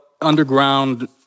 underground